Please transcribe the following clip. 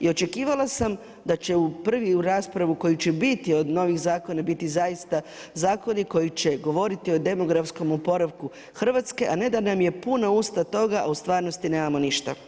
I očekivala sam da će u prvi u raspravu koji će biti od novih zakona biti zaista zakoni koji će govoriti o demografskom oporavku Hrvatsku, a ne da nam je puna usta toga, a u stvarnosti nemamo ništa.